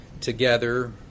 together